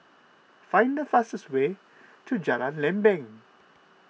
find the fastest way to Jalan Lempeng